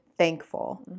thankful